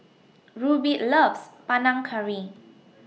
Rubie loves Panang Curry